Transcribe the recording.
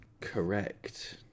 Correct